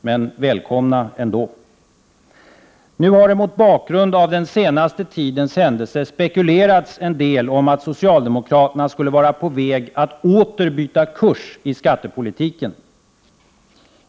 Men välkomna ändå! Nu har det mot bakgrund av den senaste tidens händelser spekulerats en del om att socialdemokraterna skulle vara på väg att åter byta kurs i skattepolitiken.